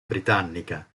britannica